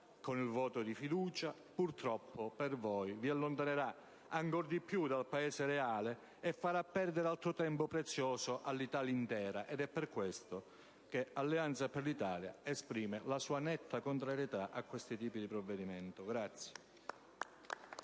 con il voto di fiducia. Purtroppo per voi, vi allontanerà ancor di più dal Paese reale e farà perdere altro tempo prezioso all'Italia intera. Ed per questo che Alleanza per l'Italia esprime la sua netta contrarietà al provvedimento.